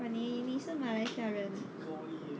!wah! 你你是马来西亚人